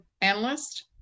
analyst